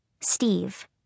Steve